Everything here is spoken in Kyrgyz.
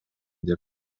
деп